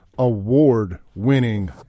award-winning